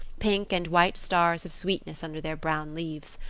pink and white stars of sweetness under their brown leaves.